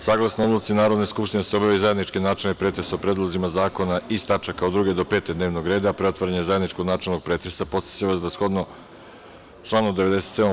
Saglasno odluci Narodne skupštine da se obavi zajednički načelni pretres o predlozima zakona iz tačaka od 2. do 5. dnevnog reda, a pre otvaranja zajedničkog načelnog pretresa, podsećam vas da shodno članu 97.